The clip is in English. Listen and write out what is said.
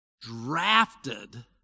drafted